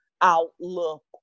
outlook